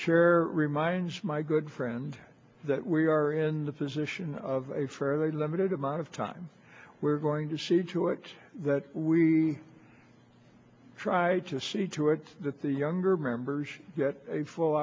chair reminds my good friend that we are in the position of a fairly limited amount of time we're going to see to it that we try to see to it that the younger members get a full